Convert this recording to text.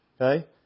Okay